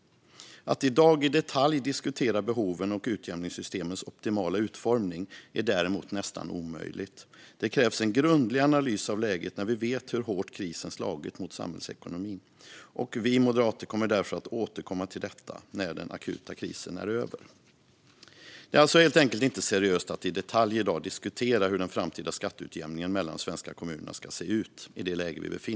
Att i dag i detalj diskutera behoven och utjämningssystemets optimala utformning är däremot nästan omöjligt. Det krävs en grundlig analys av läget när vi vet hur hårt krisen slagit mot samhällsekonomin. Vi kommer att återkomma till detta när den akuta krisen är över." Det är helt enkelt inte seriöst att i det läge vi nu befinner oss i diskutera i detalj hur den framtida skatteutjämningen mellan de svenska kommunerna ska se ut.